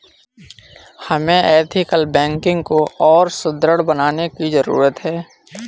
हमें ethical banking को और सुदृढ़ बनाने की जरूरत है